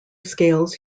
scales